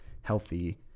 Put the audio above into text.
healthy